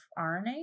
RNA